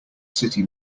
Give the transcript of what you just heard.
city